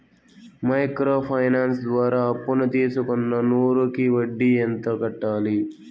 Micro finance ద్వారా అప్పును తీసుకున్న నూరు కి వడ్డీ ఎంత కట్టాలి?